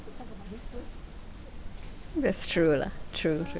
that's true lah true true